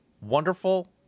Wonderful